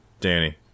Danny